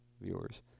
viewers